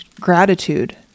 gratitude